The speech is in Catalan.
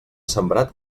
sembrat